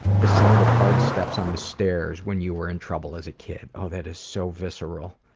the sound of hard steps on the stairs when you were in trouble as a kid. oh, that is so visceral.